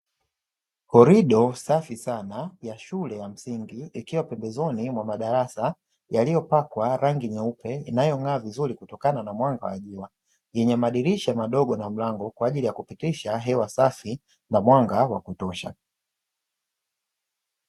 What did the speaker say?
Korido safi sana ya shule ya msingi ikiwa pembezoni mwa madarasa yaliyopakwa rangi nyeupe inayong'aa vizuri kutokana na mwanga wa jua, yenye madirisha madogo na mlango kwa ajili ya kupitisha hewa safi na mwanga wa kutosha.